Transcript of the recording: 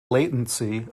latency